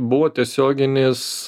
buvo tiesioginis